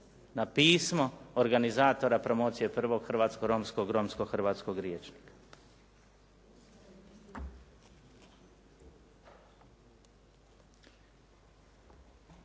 na pismo organizatora promocije prvog hrvatsko-romskog, romsko-hrvatskog rječnika.